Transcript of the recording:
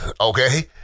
okay